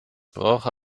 brauche